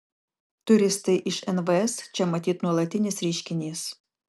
turistai iš nvs čia matyt nuolatinis reiškinys